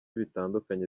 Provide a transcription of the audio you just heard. bitandukanye